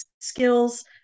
skills